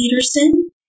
Peterson